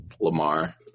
Lamar